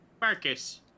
Marcus